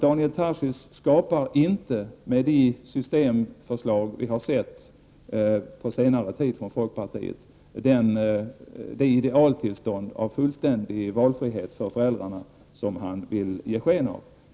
Daniel Tarschys skapar inte, med de systemförslag som folkpartiet har lagt fram på senare tid, det idealtillstånd av fullständig valfrihet för föräldrarna som han vill ge sken av.